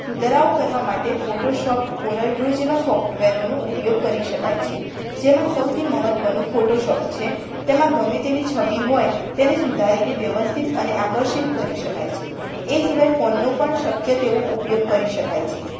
સુધારાઓ કરવા માટે ફોટોશોપ કોરલડ્રો જેવા સોફ્ટવેરોનું ઉપયોગ કરી શકાય છે જેમાં સૌથી મહત્ત્વનું ફોટોશોપ છે તેમાં ગમે તેવી છબી હોય તેને સુધારીને વ્યવસ્થિત અને આકર્ષિત કરી શકાય છે એ સિવાય ફોનનો પણ શક્ય તેવો ઉપયોગ કરી શકાય છે